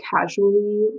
casually